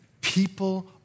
people